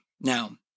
Now